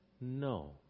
No